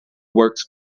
works